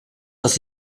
does